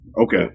Okay